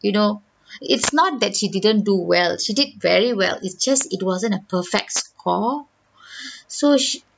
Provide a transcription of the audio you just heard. you know it's not that she didn't do well she did very well it's just it wasn't a perfect score so she